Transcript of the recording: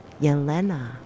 Yelena